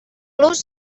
los